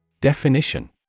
Definition